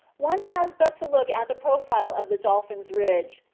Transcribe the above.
one has but to look at the profile of the dolphin's ridge,